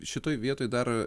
šitoj vietoj dar